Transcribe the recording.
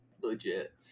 legit